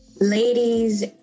Ladies